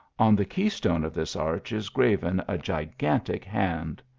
on the key-stone of this arch is engraven a gigantic hand,